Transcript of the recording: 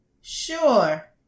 Sure